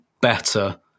better